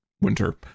winter